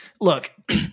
look